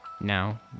Now